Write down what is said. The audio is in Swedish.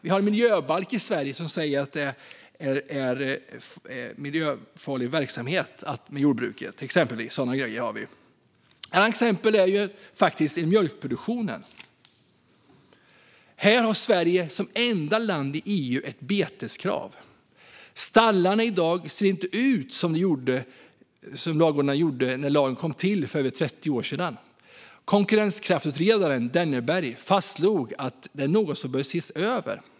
Vi har en miljöbalk i Sverige som säger att jordbruket är miljöfarlig verksamhet. Ett annat exempel är mjölkproduktionen. Här har Sverige som enda land i EU ett beteskrav. Stallarna i dag ser inte ut som ladugårdarna gjorde när lagen kom till för över 30 år sedan. Konkurrenskraftsutredaren Denneberg fastslog att detta är något som bör ses över.